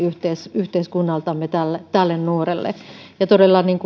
yhteiskunnaltamme tälle tälle nuorelle todella